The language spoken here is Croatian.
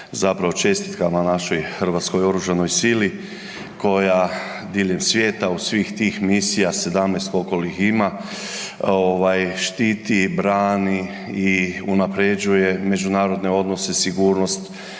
zapravo čestitkama našoj hrvatskoj oružanoj sili koja diljem svijeta u svih tih misija, 17 koliko li ih ima, štiti i brani i unaprjeđuje međunarodne odnose, sigurnost,